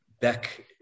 back